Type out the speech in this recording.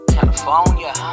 California